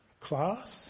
class